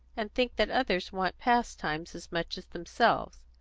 and think that others want pastimes as much as themselves.